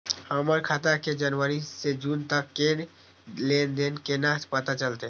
हमर खाता के जनवरी से जून तक के लेन देन केना पता चलते?